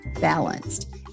balanced